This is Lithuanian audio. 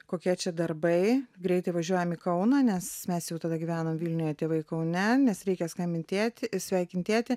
kokie čia darbai greitai važiuojam į kauną nes mes jau tada gyvenom vilniuje tėvai kaune nes reikia skambint tėtį sveikint tėtį